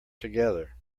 together